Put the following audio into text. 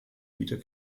wieder